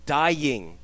dying